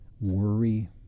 worry